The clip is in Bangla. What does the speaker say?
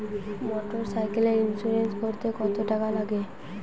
মোটরসাইকেলের ইন্সুরেন্স করতে কত টাকা লাগে?